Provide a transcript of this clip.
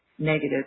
negative